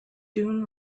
dune